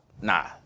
Nah